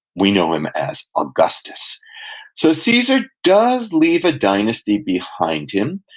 we know him as augustus so caesar does leave a dynasty behind him,